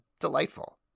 delightful